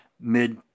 mid